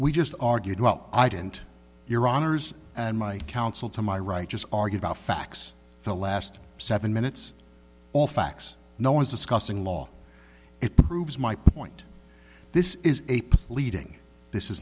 we just argued well i didn't your honour's and my counsel to my right just argue about facts the last seven minutes all facts no one's discussing law it proves my point this is a leading this is